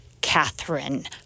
Catherine